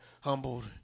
humbled